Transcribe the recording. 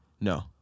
No